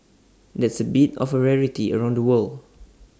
that's A bit of A rarity around the world